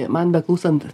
man beklausant